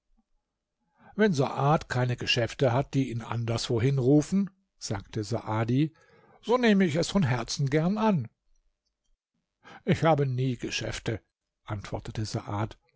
wenn saad keine geschäfte hat die ihn anderswohin rufen sagte saadi so nehme ich es von herzen gern an ich habe nie geschäfte antwortete saad